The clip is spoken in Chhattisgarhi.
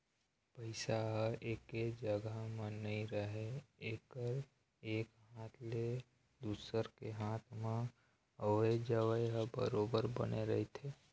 पइसा ह एके जघा म नइ राहय एकर एक हाथ ले दुसर के हात म अवई जवई ह बरोबर बने रहिथे